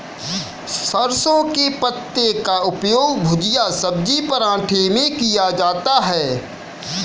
सरसों के पत्ते का उपयोग भुजिया सब्जी पराठे में किया जाता है